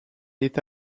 est